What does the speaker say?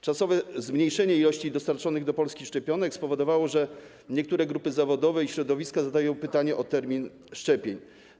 Czasowe zmniejszenie ilości dostarczonych do Polski szczepionek spowodowało, że niektóre grupy zawodowe i środowiska zadają pytanie o termin szczepień.